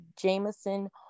jameson